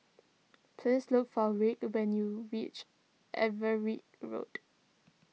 please look for Wirt when you reach Everitt Road